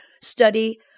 study